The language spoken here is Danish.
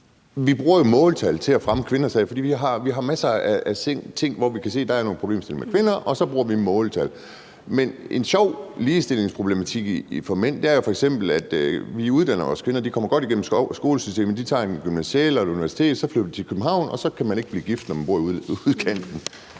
til at fremme kvinders sag, for vi har masser af ting, hvor vi kan se, at der er nogle problemstillinger for kvinder, og så bruger vi måltal. Men en sjov ligestillingsproblematik for mænd er jo f.eks., at vi uddanner os: Kvinder kommer godt igennem skolesystemet, de tager en gymnasial uddannelse og tager på universitetet, og så flytter de til København. Og så kan man ikke blive gift, når man bor i udkanten